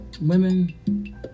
women